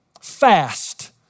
fast